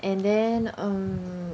and then um